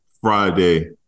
Friday